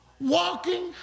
walking